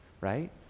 right